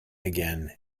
again